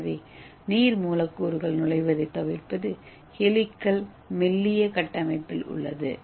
எனவே நீர் மூலக்கூறுகள் நுழைவதைத் தவிர்ப்பது ஹெலிகல் மெல்லிய கட்டமைப்பில் உள்ளது